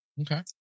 Okay